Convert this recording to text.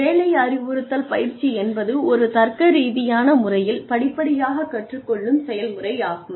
வேலை அறிவுறுத்தல் பயிற்சி என்பது ஒரு தர்க்கரீதியான முறையில் படிப்படியாக கற்றுக்கொள்ளும் செயல்முறையாகும்